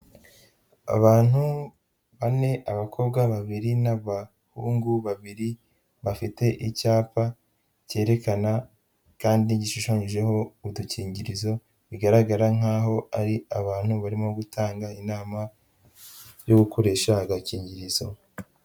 Abantu bane, abakobwa babiri n'abahungu babiri bafite icyapa cyerekana kandi gishushanyijeho udukingirizo, bigaragara nk'aho ari abantu barimo gutanga inama yo gukoresha agakingirizo.